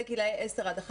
זה גילאי 10 11,